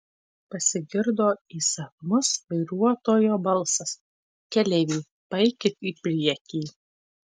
pasigirdo įsakmus vairuotojo balsas keleiviai paeikit į priekį